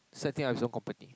setting up his own company